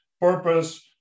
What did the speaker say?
purpose